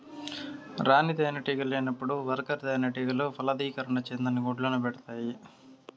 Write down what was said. రాణి తేనెటీగ లేనప్పుడు వర్కర్ తేనెటీగలు ఫలదీకరణం చెందని గుడ్లను పెడుతాయి